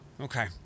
Okay